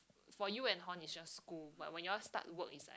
for you and Horn is just school but when you all start work is